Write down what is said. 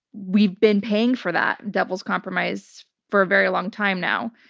we've been paying for that devil's compromise for a very long time now.